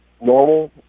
normal